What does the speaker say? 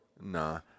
Nah